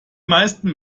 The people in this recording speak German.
meisten